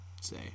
say